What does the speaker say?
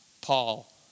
Paul